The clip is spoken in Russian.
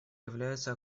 являются